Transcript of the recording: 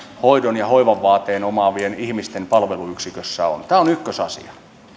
hoidon ja hoivan vaateen omaavien ihmisten palveluyksikössä on tämä on ykkösasia